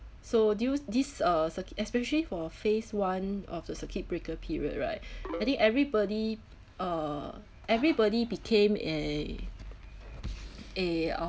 so due this uh circuit especially for phase one of the circuit breaker period right I think everybody uh everybody became a a